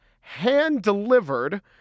hand-delivered